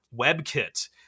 WebKit